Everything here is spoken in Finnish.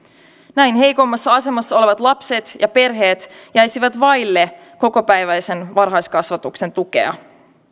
näin heikoimmassa asemassa olevat lapset ja perheet jäisivät vaille kokopäiväisen varhaiskasvatuksen tukea